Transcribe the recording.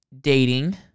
dating